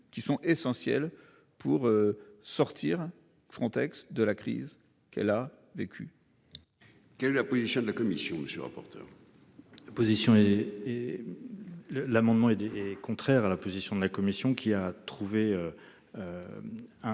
qui sont essentiels pour sortir Frontex de la crise qu'elle a vécu. Quelle est la position de la Commission monsieur le rapporteur. L'opposition et et. L'amendement est contraire à la position de la commission qui a trouvé. Un